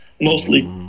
mostly